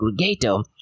aggregator